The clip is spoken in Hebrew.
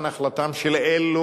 היא נשארה נחלתם של אלו,